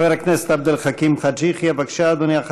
חבר הכנסת עבד אל חכים חאג' יחיא, בבקשה, אדוני.